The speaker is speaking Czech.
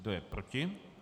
Kdo je proti?